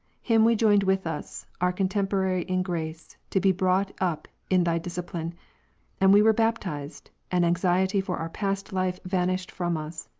him we joined with us, our contemporary in' grace, to be brought up in thy dis cipline and we were baptized and anxiety for our past life vanished from us.